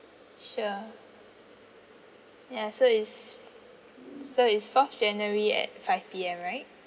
sure ya so it's so it's fourth january at five P_M right